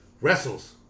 wrestles